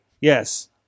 Yes